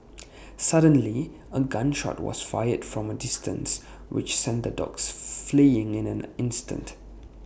suddenly A gun shot was fired from A distance which sent the dogs fleeing in an instant